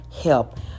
help